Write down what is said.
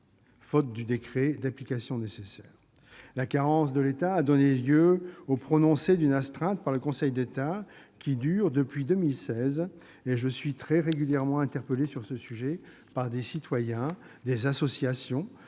faute du décret d'application nécessaire. La carence de l'État a donné lieu au prononcé d'une astreinte par le Conseil d'État qui dure depuis 2016, et je suis très régulièrement interpellé sur ce sujet par des citoyens, des associations,